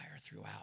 throughout